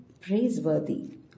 praiseworthy